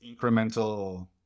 incremental